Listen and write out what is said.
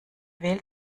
wählt